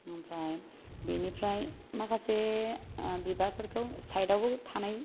ओमफ्राय बिनिफ्राय माखासे बिबारफोरखौ सायदावबो थानाय